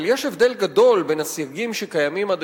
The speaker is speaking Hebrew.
אבל יש הבדל גדול בין הסייגים שקיימים עד